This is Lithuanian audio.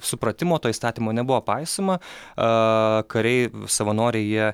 supratimo to įstatymo nebuvo paisoma a kariai savanoriai jie